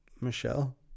Michelle